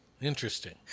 Interesting